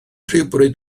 rhywbryd